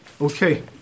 Okay